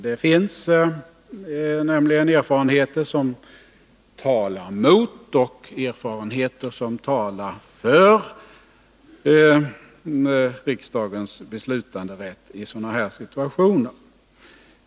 Det finns nämligen erfarenheter som talar mot och erfarenheter som talar för riksdagens beslutanderätt i sådana här situationer.